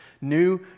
new